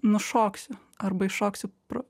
nušoksiu arba iššoksiu pro